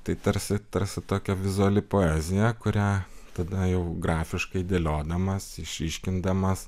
tai tarsi tarsi tokia vizuali poezija kurią tada jau grafiškai dėliodamas išryškindamas